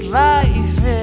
life